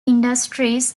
industries